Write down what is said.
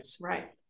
right